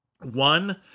One